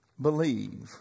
believe